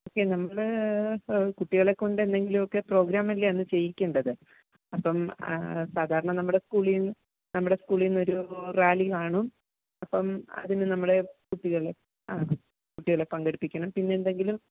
okay നമ്മൾ കുട്ടികളെക്കൊണ്ട് എന്തെങ്കിലും ഒക്കെ പ്രോഗ്രാം അല്ലേ അന്ന് ചെയ്യിക്കേണ്ടത് അപ്പം സാധാരണ നമ്മുടെ സ്കൂളിൽ നമ്മുടെ സ്ക്കൂളിൽ നിന്ന് ഒരു റാലി കാണും അപ്പം അതിന് നമ്മുടെ കുട്ടികൾ ആ കുട്ടികളെ പങ്കെടുപ്പിക്കണം പിന്നെ എന്തെങ്കിലും